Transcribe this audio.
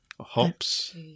Hops